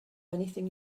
anything